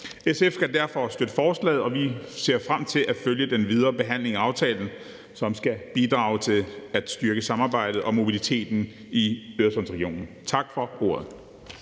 SF kan derfor støtte forslaget, og vi ser frem til at følge den videre behandling af aftalen, som skal bidrage til at styrke samarbejdet og mobiliteten i Øresundsregionen. Tak for ordet.